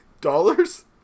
Dollars